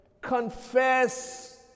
confess